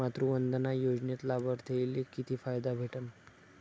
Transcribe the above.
मातृवंदना योजनेत लाभार्थ्याले किती फायदा भेटन?